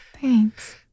Thanks